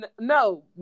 No